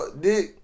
dick